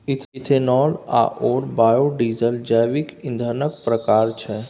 ethanol आओर biodiesel जैविक ईंधनक प्रकार छै